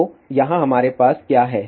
तो यहाँ हमारे पास क्या है